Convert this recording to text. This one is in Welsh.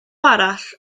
arall